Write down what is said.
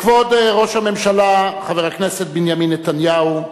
כבוד ראש הממשלה, חבר הכנסת בנימין נתניהו,